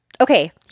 Okay